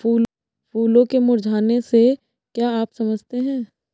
फूलों के मुरझाने से क्या आप समझते हैं?